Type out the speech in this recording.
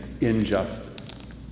injustice